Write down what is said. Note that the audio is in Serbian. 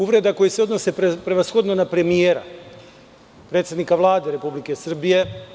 Uvreda koje se odnose prevashodno na premijera, predsednika Vlade Republike Srbije.